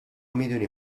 میدونی